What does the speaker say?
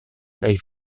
kaj